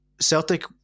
Celtic